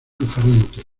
diferentes